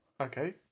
Okay